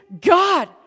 God